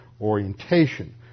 orientation